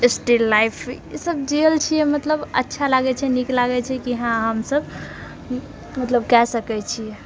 steel life ई सभ जिएल छियै मतलब अच्छा लागैत छै नीक लागैत छै कि हाँ हमसभ मतलब कए सकैत छिऐ